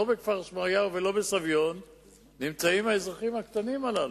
לא בכפר-שמריהו ולא בסביון נמצאים האזרחים הקטנים הללו.